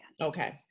Okay